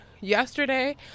yesterday